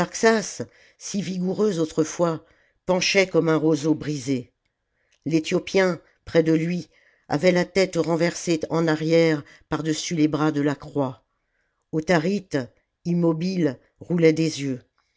si vigoureux autrefois penchait comme un roseau brisé l'ethiopien près de lui avait la tête renversée en arrière par-dessus les bras de la croix autharite immobile roulait des jeux